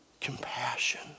Compassion